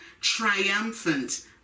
triumphant